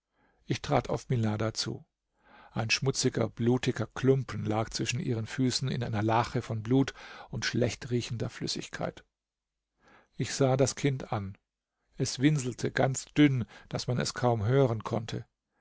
ich trat auf milada zu ein schmutziger blutiger klumpen lag zwischen ihren füßen in einer lache von blut und schlechtriechender flüssigkeit ich sah das kind an es winselte ganz dünn daß man es kaum hören konnte